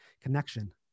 connection